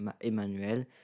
Emmanuel